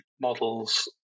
models